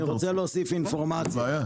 אין היום הצבעות.